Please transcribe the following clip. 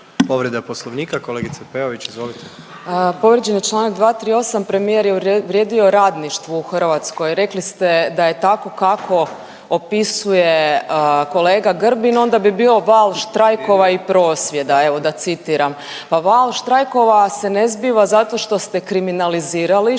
Povreda Poslovnika, kolegice Peović, izvolite. **Peović, Katarina (RF)** Povrijeđen je čl. 238. Premijer je uvrijedio radništvo u Hrvatskoj. Rekli ste da je tako kako opisuje kolega Grbin, onda bi bio val štrajkova i prosvjeda, evo, da citiram. Pa val štrajkova se ne zbiva zato što ste kriminalizirali štrajkove,